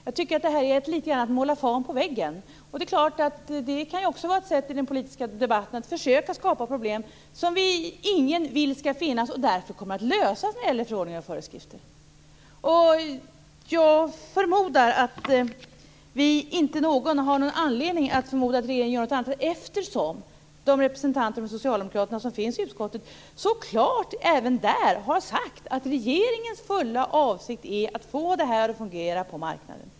Jag tycker att detta är litet grand att måla fan på väggen. Det kan ju också vara ett sätt att försöka skapa problem i den politiska debatten som ingen vill skall finnas. Därför kommer de att lösas när det gäller förordningar och föreskrifter. Jag förmodar att ingen har någon anledning att tro att regeringen gör något annat, eftersom de representanter från socialdemokraterna som finns i utskottet så klart även där har sagt att regeringens fulla avsikt är att få detta att fungera på marknaden.